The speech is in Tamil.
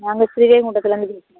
நாங்கள் ஸ்ரீவைகுண்டத்துலேருந்து பேசுகிறோம்